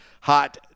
hot